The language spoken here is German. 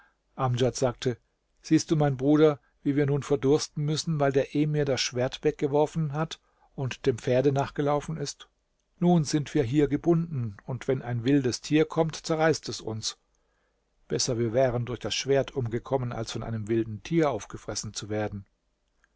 amdjad sagte siehst du mein bruder wie wir nun verdursten müssen weil der emir das schwert weggeworfen hat und dem pferde nachgelaufen ist nun sind wir hier gebunden und wenn ein wildes tier kommt zerreißt es uns besser wir wären durch das schwert umgekommen als von einem wilden tiere aufgefressen zu werden